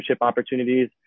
opportunities